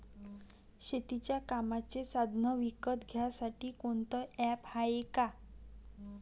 शेतीच्या कामाचे साधनं विकत घ्यासाठी कोनतं ॲप हाये का?